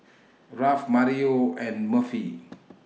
Ralph Mario and Murphy